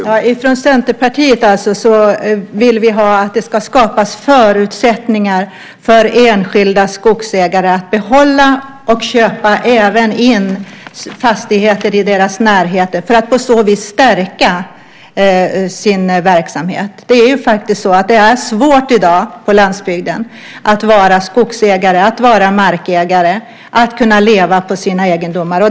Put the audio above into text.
Herr talman! Från Centerpartiet vill vi att det ska skapas förutsättningar för enskilda skogsägare att behålla och även köpa in fastigheter i deras närhet för att de på så vis ska kunna stärka sin verksamhet. I dag är det faktiskt svårt att vara skogsägare, att vara markägare, att kunna leva på sina egendomar.